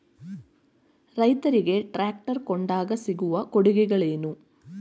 ರೈತರಿಗೆ ಟ್ರಾಕ್ಟರ್ ಕೊಂಡಾಗ ಸಿಗುವ ಕೊಡುಗೆಗಳೇನು?